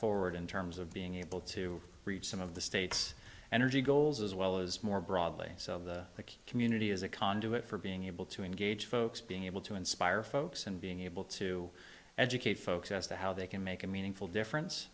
forward in terms of being able to reach some of the states energy goals as well as more broadly of the community as a conduit for being able to engage folks being able to inspire folks and being able to educate folks as to how they can make a meaningful difference